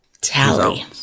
Tally